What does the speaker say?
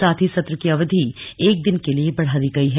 साथ ही सत्र की अवधि एक दिन के लिए बढ़ा दी गई है